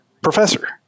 professor